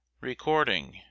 Recording